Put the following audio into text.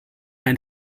ein